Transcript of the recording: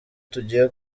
tugiye